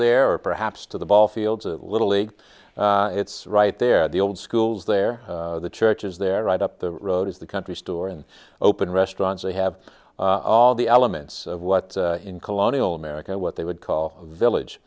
there or perhaps to the ball fields of little league it's right there the old schools there the church is there right up the road is the country store and open restaurants they have all the elements of what in colonial america what they would call a village